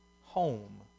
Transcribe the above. home